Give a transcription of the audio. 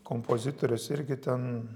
kompozitorius irgi ten